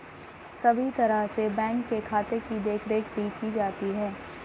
सभी तरह से बैंक के खाते की देखरेख भी की जाती है